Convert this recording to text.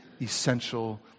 essential